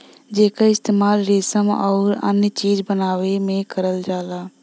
जेकर इस्तेमाल रेसम आउर अन्य चीज बनावे में करल जाला